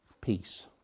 Peace